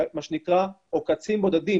מה שנקרא עוקצים בודדים,